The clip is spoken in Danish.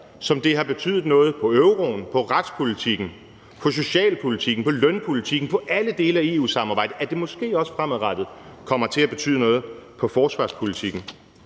ligesom det har betydet noget for euroen, for retspolitikken, for socialpolitikken, for lønpolitikken, for alle dele af EU-samarbejdet, at det måske også fremadrettet kommer til at betyde noget for forsvarspolitikken,